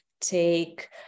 take